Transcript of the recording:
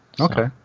okay